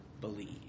believe